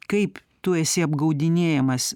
kaip tu esi apgaudinėjamas